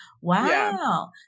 Wow